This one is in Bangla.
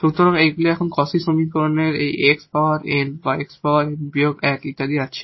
সুতরাং এইগুলি এখন Cauchy সমীকরণে আমাদের এই x পাওয়ার n বা x পাওয়ার n বিয়োগ 1 ইত্যাদি আছে